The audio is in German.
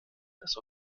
das